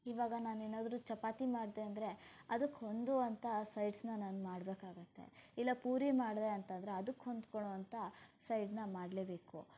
ಇವಾಗ ನಾನೇನಾದರೂ ಚಪಾತಿ ಮಾಡಿದೆ ಅಂದರೆ ಅದಕ್ಕೆ ಹೊಂದುವಂಥ ಸೈಡ್ಸನ್ನ ನಾನು ಮಾಡಬೇಕಾಗುತ್ತೆ ಇಲ್ಲಾ ಪೂರಿ ಮಾಡಿದೆ ಅಂತ ಅಂದರೆ ಅದಕ್ಕೆ ಹೊಂದ್ಕೊಳ್ಳೋವಂಥ ಸೈಡನ್ನ ಮಾಡಲೇಬೇಕು